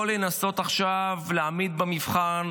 לא לנסות עכשיו להעמיד במבחן,